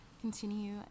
continue